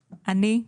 אני,